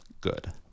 good